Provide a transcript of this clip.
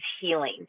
healing